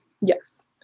Yes